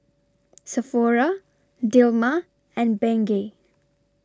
Sephora Dilmah and Bengay